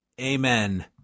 Amen